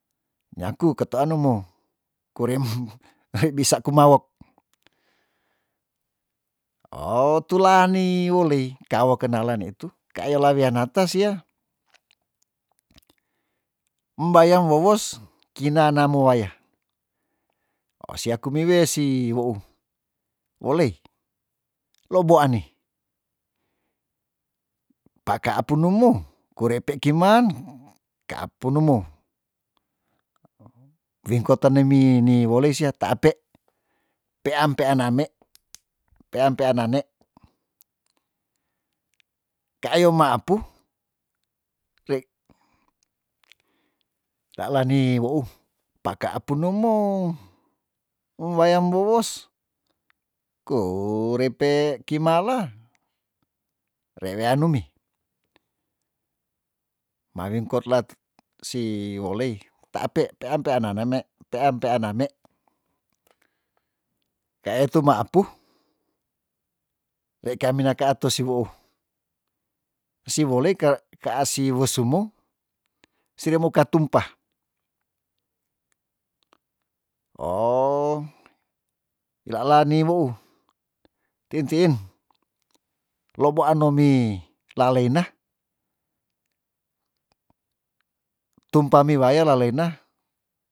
Nyaku ketuan nemo ko reim nae bisa kumawok oh tula nei wolei kaawo kenalan nitu kaayola wia nata sia mbayang wowos kina namo waya ohsia kumiwesi wou wolei lobo ani paka punumo ku rei pe kiman ka ap punumo wingko te nemi ni wole sia teape peam peaname peam peanane kayo maapu rei lea lane wou paka punumo wayam wowos ku reipe kimala re weanumi mawingkot lat si wolei ta ape pean peananeme pean peaname ke etu maapu rei ka mina ka atus siwou siwolei kar kaasi wesumo siri moka tumpah oh ilalani weu tiin tiin loboan nomi laleina tumpa mi waya laleina